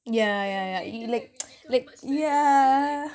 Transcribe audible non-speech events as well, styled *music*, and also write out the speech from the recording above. yeah yeah like *noise* like *noise* yeah